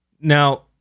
Now